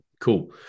Cool